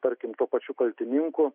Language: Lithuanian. tarkim tuo pačių kaltininku